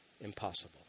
impossible